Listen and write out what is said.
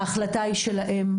ההחלטה היא שלהם.